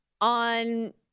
on